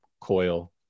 coil